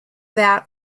that